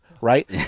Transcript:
right